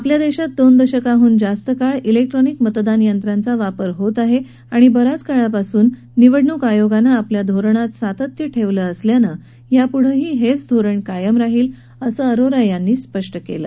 आपल्या देशात दोन दशकांडून जास्त काळ इलेक्ट्रॉनिक मतदान यंत्रांचा वापर होत आहे आणि बऱ्याच काळापासून निवडणूक आयोगानं आपल्या धोरणात सातत्य ठेवलं असल्यानं यापुढेही हेच धोरण कायम राहील असं अरोरा यांनी स्पष्ट केलं